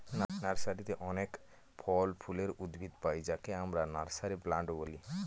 নার্সারিতে অনেক ফল ফুলের উদ্ভিদ পাই যাকে আমরা নার্সারি প্লান্ট বলি